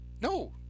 No